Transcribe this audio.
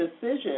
decision